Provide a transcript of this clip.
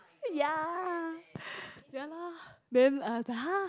ya ya lor then I was like !huh!